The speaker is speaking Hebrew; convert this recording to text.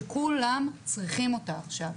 שכולם צריכים אותה עכשיו.